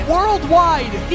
worldwide